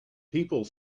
people